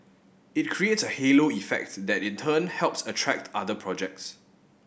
it creates a halo effects that in turn helps attract other projects